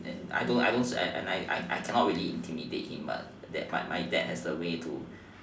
and I don't I don't I cannot I cannot really intimate him but my dad my dad had a way to